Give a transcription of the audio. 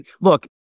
look